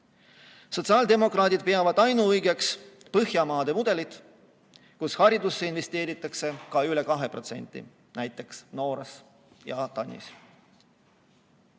Sotsiaaldemokraadid peavad ainuõigeks Põhjamaade mudelit, kus haridusse investeeritakse ka üle 2%, näiteks nagu Norras ja Taanis.